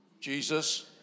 Jesus